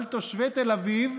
אבל תושבי תל אביב,